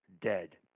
dead